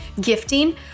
gifting